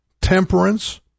temperance